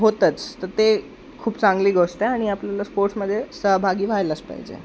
होतंच तर ते खूप चांगली गोष्ट आहे आणि आपल्याला स्पोर्ट्समध्ये सहभागी व्हायलाच पाहिजे